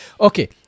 Okay